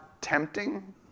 tempting